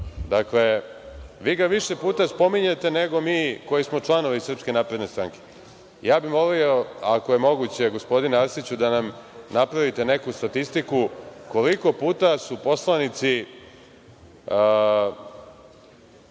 čujem. Vi ga više puta spominjete, nego mi koji smo članovi SNS. Ja bih molio, ako je moguće, gospodine Arsiću, da nam napravite neku statistiku, koliko puta su poslanici,